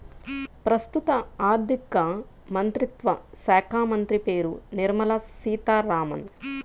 ప్రస్తుత ఆర్థికమంత్రిత్వ శాఖామంత్రి పేరు నిర్మల సీతారామన్